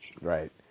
right